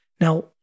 Now